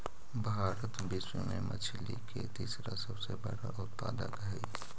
भारत विश्व में मछली के तीसरा सबसे बड़ा उत्पादक हई